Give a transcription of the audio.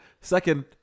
Second